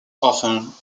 often